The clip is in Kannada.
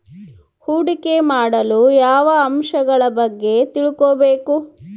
ಹೂಡಿಕೆ ಮಾಡಲು ಯಾವ ಅಂಶಗಳ ಬಗ್ಗೆ ತಿಳ್ಕೊಬೇಕು?